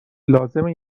لازمه